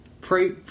pray